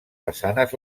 façanes